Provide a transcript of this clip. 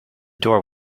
door